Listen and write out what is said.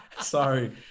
Sorry